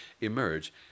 emerge